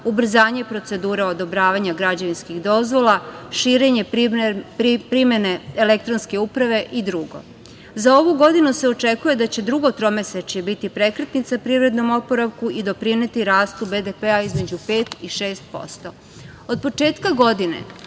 ubrzanje i procedura odobravanja građevinskih dozvola, širenje primene elektronske uprave i drugo. Za ovu godinu se očekuje da će drugo tromesečje biti prekretnica privrednom oporavku i doprineti rastu BDP-a između 5% i 6%.Od